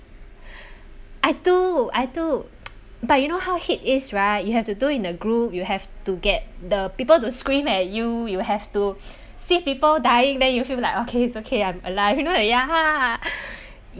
I took I took but you know how heat is right you have to do in a group you have to get the people to scream at you you have to see people dying then you feel like okay it's okay I'm alive you know that ya